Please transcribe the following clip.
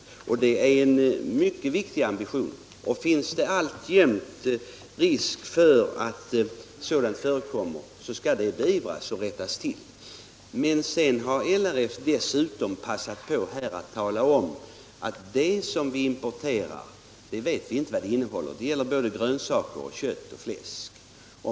Det är en mycket viktig ambition. Finns det alltjämt risk för att skadliga ämnen förekommer skall detta beivras och rättas till. — Sedan har LRF lagt till att vi inte vet mycket om vad importerade livsmedel innehåller. Det gäller både grönsaker, kött och fläsk.